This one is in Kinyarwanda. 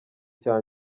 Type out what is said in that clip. cya